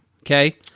Okay